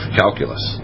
calculus